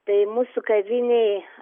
tai mūsų kavinėj